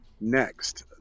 Next